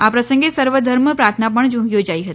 અ પ્રસંગે સર્વધર્મ પ્રાર્થના પણ યોજાઈ હતી